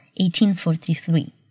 1843